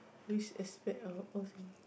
which aspect of old Singapore